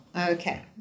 Okay